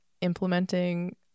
implementing